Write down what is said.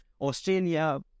Australia